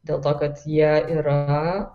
dėl to kad jie yra